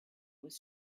was